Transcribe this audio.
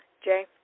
Jay